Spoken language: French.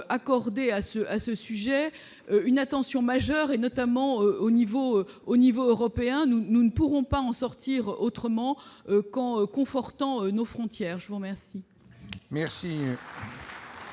accorder à ce à ce sujet une attention majeure, et notamment au niveau au niveau européen, nous, nous ne pourrons pas en sortir autrement qu'en confortant nos frontières, je vous remercie.